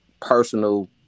personal